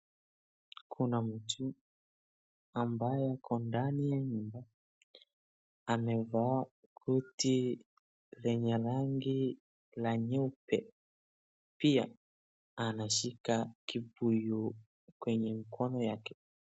Kuna mtu ambaye ako ndani ya nyumba, amevaa koti lenye rangi la nyeupe pia anashika kibuyu kwenye mkono yake.